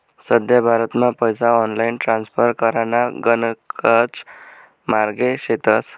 सध्या भारतमा पैसा ऑनलाईन ट्रान्स्फर कराना गणकच मार्गे शेतस